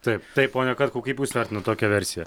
taip taip pone katkau kaip jūs vertinat tokią versiją